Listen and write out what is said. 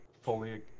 fully